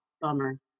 bummer